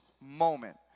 moment